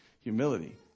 humility